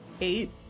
Eight